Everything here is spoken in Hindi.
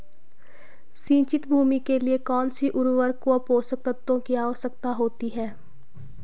सिंचित भूमि के लिए कौन सी उर्वरक व पोषक तत्वों की आवश्यकता होती है?